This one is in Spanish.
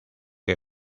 que